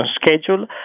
schedule